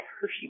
hershey